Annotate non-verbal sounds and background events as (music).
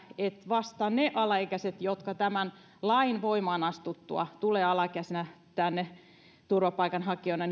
että vasta ne alaikäiset jotka tämän lain voimaan astuttua tulevat alaikäisinä tänne turvapaikanhakijoina (unintelligible)